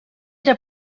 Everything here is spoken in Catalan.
era